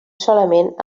solament